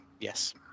Yes